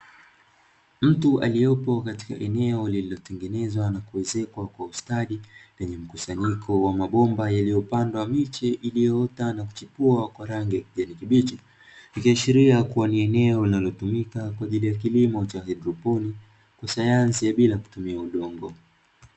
Mtu aliyepo katika eneo lililotengenezwa na kuwezekwa kwa ustadi penye mkusanyiko wa mabomba yaliyopandwa miche iliyoota na kuchipua kwa rangi ya kijani kibichi, ikiashiria kuwa ni eneo linalotumika kwa ajili ya kilimo cha haidroponi kisayansi bila kutumia udongo.